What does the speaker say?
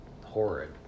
horrid